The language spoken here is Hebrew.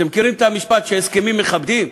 אתם מכירים את המשפט שהסכמים מכבדים?